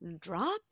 drop